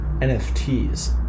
NFTs